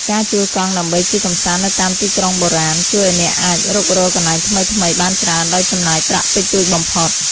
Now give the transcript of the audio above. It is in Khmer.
ការជួលកង់ដើម្បីជិះកម្សាន្តនៅតាមទីក្រុងបុរាណ ជួយឱ្យអ្នកអាចរុករកកន្លែងថ្មីៗបានច្រើនដោយចំណាយប្រាក់តិចតួចបំផុត។